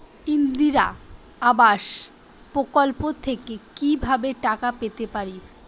ইন্দিরা আবাস প্রকল্প থেকে কি ভাবে টাকা পেতে পারি?